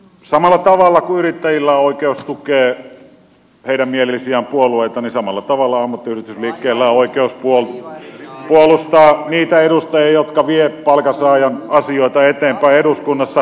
samalla tavalla kuin yrittäjillä on oikeus tukea heidän mieleisiään puolueita ammattiyhdistysliikkeillä on oikeus puolustaa niitä edustajia jotka vievät palkansaajan asioita eteenpäin eduskunnassa